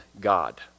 God